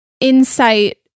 insight